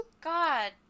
God